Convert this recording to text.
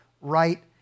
right